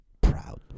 proud